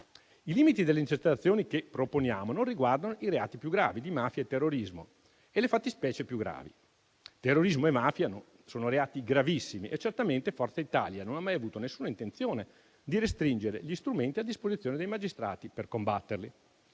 i limiti delle intercettazioni che proponiamo non riguardano i reati più gravi di mafia e terrorismo e le fattispecie più gravi. Terrorismo e mafia sono reati gravissimi e certamente Forza Italia non ha mai avuto nessuna intenzione di restringere gli strumenti a disposizione dei magistrati per combatterli.